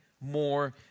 more